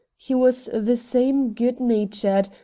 he was the same good-natured,